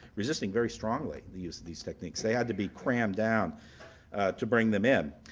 resisting very strongly the use of these techniques. they had to be crammed down to bring them in.